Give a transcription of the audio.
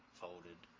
folded